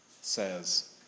says